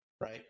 right